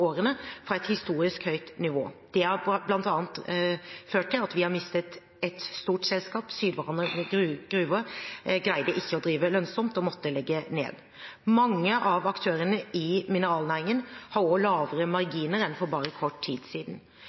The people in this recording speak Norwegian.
årene, fra et historisk høyt nivå. Det har bl.a. ført til at vi har mistet et stort selskap: Sydvaranger Gruve greide ikke å drive lønnsomt og måtte legge ned. Mange av aktørene i mineralnæringen har også lavere marginer enn for bare kort tid siden.